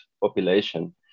population